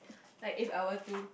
like if I were to